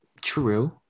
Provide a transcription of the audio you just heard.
True